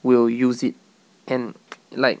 will use it and like